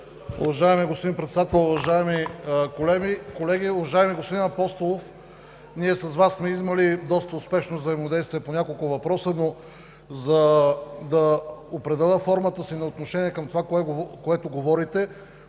Уважаеми господин Председател, уважаеми колеги! Уважаеми господин Апостолов, с Вас сме имали доста успешно взаимодействие по няколко въпроса, но, за да определя формата си на отношение към това, което говорите,